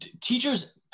teachers